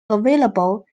available